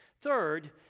Third